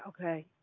okay